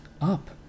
up